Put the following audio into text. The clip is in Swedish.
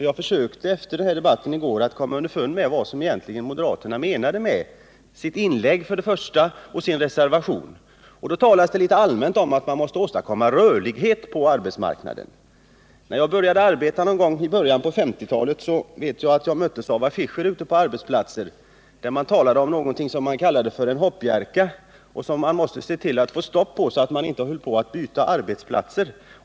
Jag försökte efter debatten i går att komma underfund med vad moderaterna egentligen menade med sin reservation och fann då att man i reservationen pläderade för att man måste åstadkomma rörlighet på arbetsmarknaden. När jag började arbeta någon gång i början av 1950-talet kommer jag ihåg att jag möttes av affischer ute på olika arbetsplatser. Man talade om ”hoppjerkor” och att man måste se till att få stopp på dem; man skulle inte så ofta byta arbetsplats.